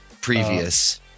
Previous